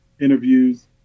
interviews